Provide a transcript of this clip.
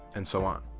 and so on.